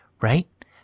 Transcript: Right